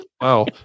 Wow